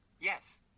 Yes